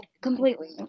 completely